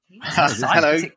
Hello